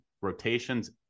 rotations